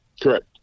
Correct